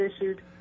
issued